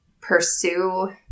pursue